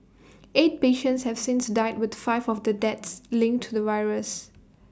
eight patients have since died with five of the deaths linked to the virus